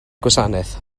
gwasanaeth